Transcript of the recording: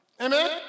Amen